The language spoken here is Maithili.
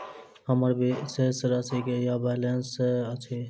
हम्मर शेष राशि वा बैलेंस की अछि?